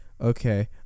Okay